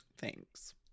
Thanks